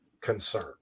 concern